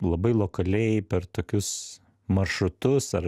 labai lokaliai per tokius maršrutus ar